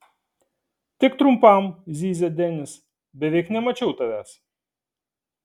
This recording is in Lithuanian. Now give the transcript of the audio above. tik trumpam zyzia denis beveik nemačiau tavęs